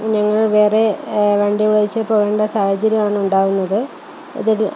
ഞങ്ങൾ വേറെ വണ്ടി വിളിച്ച് പോകേണ്ട സാഹചര്യമാണ് ഉണ്ടാകുന്നത് ഇത്